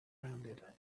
rounded